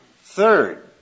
Third